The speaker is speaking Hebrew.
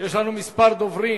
יש לנו כמה דוברים.